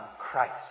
Christ